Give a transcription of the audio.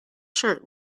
shirt